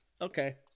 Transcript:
okay